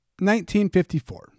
1954